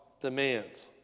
demands